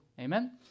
Amen